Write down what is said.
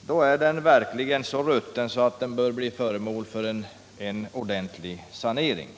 då är den verkligen så rutten att den bör bli föremål för en ordentlig sanering.